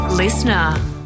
Listener